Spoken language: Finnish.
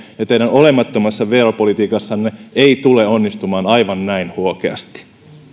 ja teidän olemattomassa veropolitiikassanne ei tule onnistumaan aivan näin huokeasti